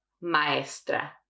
maestra